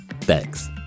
Thanks